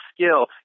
skill